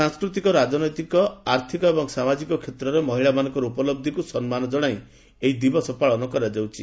ସାଂସ୍କୃତିକ ରାଜନୈତିକ ଆର୍ଥିକ ଏବଂ ସାମାଜିକ କ୍ଷେତ୍ରରେ ମହିଳାମାନଙ୍କ ଉପଲହିକୁ ସମ୍ମାନ ଜଣାଇ ଏହି ଦିବସ ପାଳନ କରାଯାଉଛି